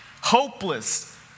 hopeless